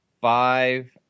five